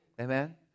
Amen